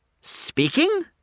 speaking